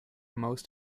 most